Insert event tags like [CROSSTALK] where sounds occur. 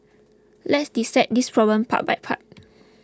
let's dissect this problem part by part [NOISE]